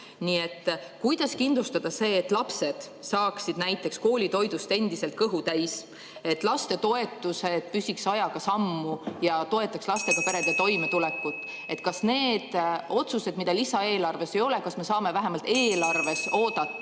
Nii et kuidas kindlustada see, et lapsed saaksid näiteks koolitoidust endiselt kõhu täis, et lastetoetused peaksid ajaga sammu ja toetaksid lastega perede toimetulekut? (Juhataja helistab kella.) Kas nende otsuste puhul, mida lisaeelarves ei ole, me saame vähemalt eelarves oodata